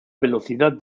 velocidad